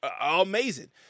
amazing